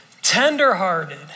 tenderhearted